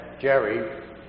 Jerry